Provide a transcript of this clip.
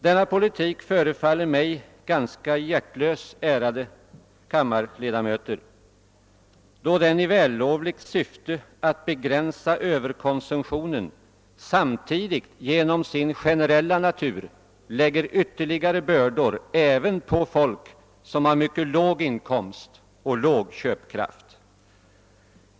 Denna politik förefaller mig ganska hjärtlös, ärade kammarledamöter, då den i det vällovliga syftet att begränsa överkonsumtionen genom sin generella natur lägger ytterligare bördor även på människor som har mycket låg inkomst och ringa köpkraft.